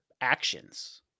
actions